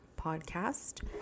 podcast